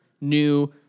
new